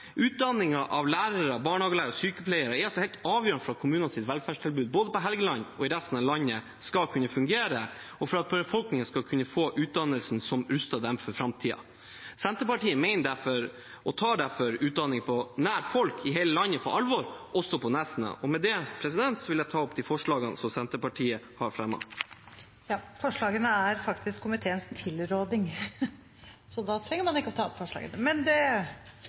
av lærere, barnehagelærere og sykepleiere er helt avgjørende for at kommunenes velferdstilbud både på Helgeland og i resten av landet skal kunne fungere, og for at befolkningen skal kunne få utdannelsen som ruster dem for framtiden. Senterpartiet tar derfor utdanning nær folk i hele landet på alvor, også på Nesna. Med det vil jeg ta opp de forslagene som Senterpartiet har fremmet. Forslagene er faktisk komiteens tilråding, så da er det ingen forslag å ta opp. Men det